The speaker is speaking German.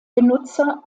benutzer